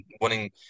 winning